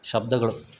ಶಬ್ದಗಳು